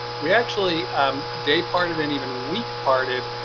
we actually um day parted, and even week parted.